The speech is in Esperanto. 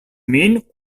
min